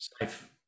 safe